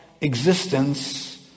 existence